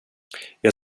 jag